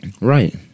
Right